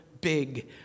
big